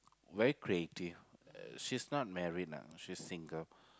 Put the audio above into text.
very creative uh she's not married ah she's single